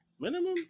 minimum